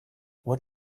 what